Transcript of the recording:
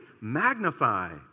magnify